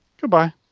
Goodbye